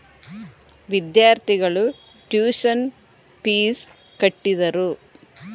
ವಿದ್ಯಾರ್ಥಿಗಳು tuition fees ಕಟ್ಟಿದರು